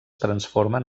transformen